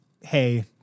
hey